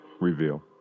Reveal